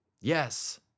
Yes